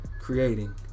creating